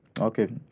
Okay